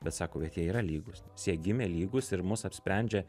bet sako kad jie yra lygūs nes jie lygūs ir mus apsprendžia